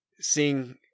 seeing